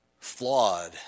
flawed